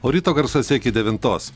o ryto garsuose iki devintos